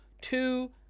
two